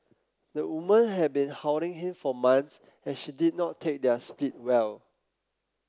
the woman had been hounding him for months as she did not take their split well